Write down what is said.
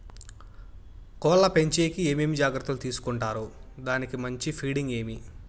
కోళ్ల పెంచేకి ఏమేమి జాగ్రత్తలు తీసుకొంటారు? దానికి మంచి ఫీడింగ్ ఏమి?